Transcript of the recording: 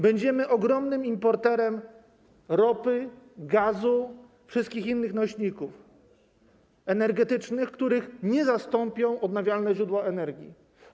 Będziemy ogromnym importerem ropy, gazu, wszystkich innych nośników energetycznych, których nie zastąpią odnawialne źródła energii.